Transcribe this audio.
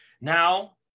Now